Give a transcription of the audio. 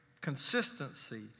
consistency